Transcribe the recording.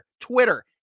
Twitter